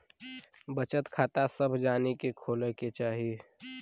बचत खाता सभ जानी के खोले के चाही